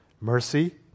mercy